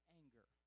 anger